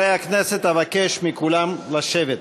חברי הכנסת, אבקש מכולם לשבת.